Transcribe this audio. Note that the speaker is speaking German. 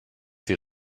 die